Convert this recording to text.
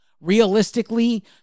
Realistically